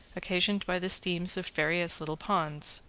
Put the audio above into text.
occasioned by the steams of various little ponds,